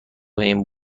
این